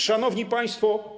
Szanowni Państwo!